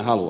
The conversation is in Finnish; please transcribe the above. emme